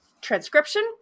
transcription